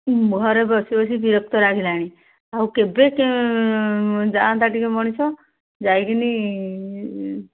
ଘରେ ବସି ବସି ବିରକ୍ତ ଲାଗିଲାଣି ଆଉ କେବେ ଯାଆନ୍ତା ଟିକେ ମଣିଷ ଯାଇକିନି